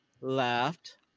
left